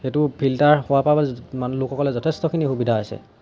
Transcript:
সেইটো ফিল্টাৰ হোৱাপা মান লোকসকলে যথেষ্টখিনি সুবিধা হৈছে